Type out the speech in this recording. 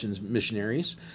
Missionaries